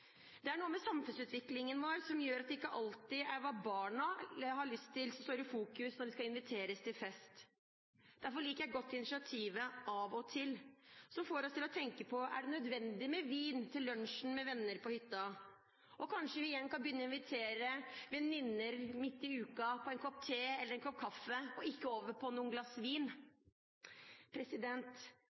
Det er noe med samfunnsutviklingen vår som gjør at det ikke alltid er hva barna har lyst til som står i fokus når det skal inviteres til fest. Derfor liker jeg godt initiativet AV-OG-TIL som får oss til å tenke på om det er nødvendig med vin til lunsjen med venner på hytta. Kanskje vi igjen kan begynne å invitere venninner midt i uka på en kopp te eller en kopp kaffe, og ikke på noen glass